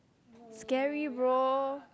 scary bro